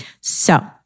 So-